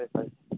ꯐꯔꯦ ꯐꯔꯦ